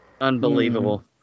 Unbelievable